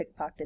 pickpocketed